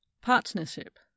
Partnership